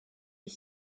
est